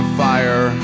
fire